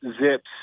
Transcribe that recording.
Zips